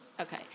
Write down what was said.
Okay